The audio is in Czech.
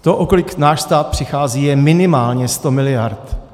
To, o kolik náš stát přichází, je minimálně 100 miliard.